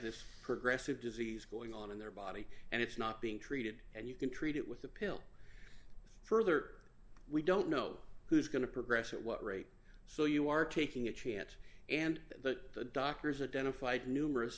this progressive disease going on in their body and it's not being treated and you can treat it with the pill further we don't know who's going to progress at what rate so you are taking a chance and that the doctors a dental fight numerous